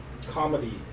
Comedy